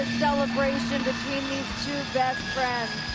celebration between these two best friends.